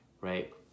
right